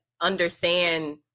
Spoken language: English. understand